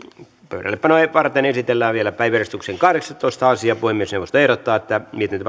pöydällepanoa varten esitellään päiväjärjestyksen kahdeksastoista asia puhemiesneuvosto ehdottaa että mietintö